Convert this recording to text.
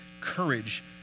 courage